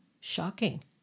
shocking